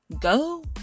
Go